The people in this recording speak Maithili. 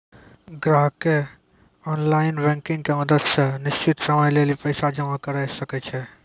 ग्राहकें ऑनलाइन बैंकिंग के मदत से निश्चित समय लेली पैसा जमा करै सकै छै